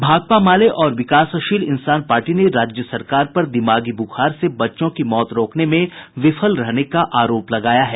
भाकपा माले और विकासशील इंसान पार्टी ने राज्य सरकार पर दिमागी बुखार से बच्चों की मौत रोकने में विफल रहने का आरोप लगाया है